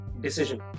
decision